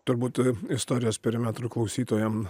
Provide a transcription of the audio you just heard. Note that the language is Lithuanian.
turbūt istorijos perimetrų klausytojam